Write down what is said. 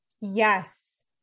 Yes